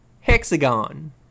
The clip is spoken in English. Hexagon